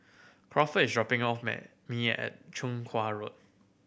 Crawford is dropping off me at Chong Kuo Road